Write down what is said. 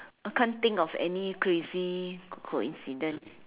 I can't think of any crazy coincidence